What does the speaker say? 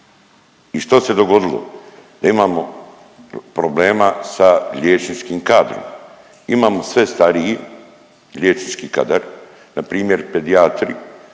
I što se dogodilo, imamo problema sa liječničkim kadrom. Imamo sve stariji liječnički kadar. Npr. pedijatri